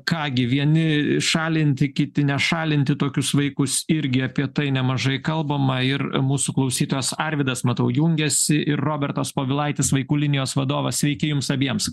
ką gi vieni šalinti kiti nešalinti tokius vaikus irgi apie tai nemažai kalbama ir mūsų klausytojas arvydas matau jungiasi ir robertas povilaitis vaikų linijos vadovas sveiki jums abiems